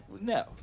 No